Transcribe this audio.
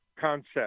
concept